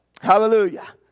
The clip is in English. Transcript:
Hallelujah